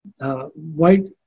White